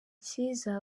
cyiza